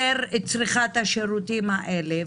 יותר צריכה את השירותים האלה,